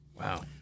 Wow